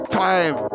time